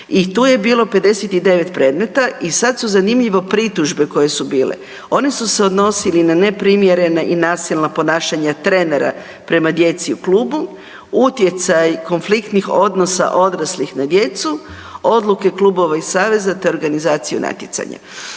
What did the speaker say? i tu je bilo 59 predmet i sada su zanimljivo pritužbe koje su bile. One su se odnosile na neprimjerena i nasilna ponašanja trenera prema djeci u klubu, utjecaj konfliktnih odnosa odraslih na djecu, odluke klubova i saveza te organizaciju natjecanja.